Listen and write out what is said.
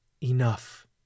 enough